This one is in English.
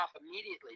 immediately